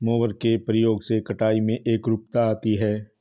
mower के प्रयोग से कटाई में एकरूपता आती है